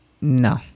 no